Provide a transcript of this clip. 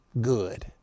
good